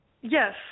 Yes